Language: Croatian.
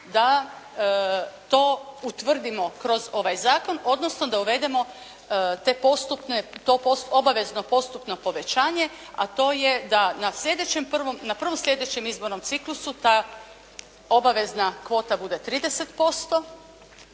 da to utvrdimo kroz ovaj zakon, odnosno da uvedemo obavezno postupno povećanje, a to je da na prvom sljedećem izbornom ciklusu ta obavezna kvota bude 30%,